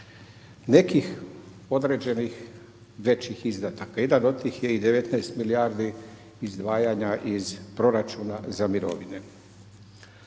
nekih određenih većih izdataka. Jedan od tih je i 19 milijardi izdvajanja iz proračuna za mirovine.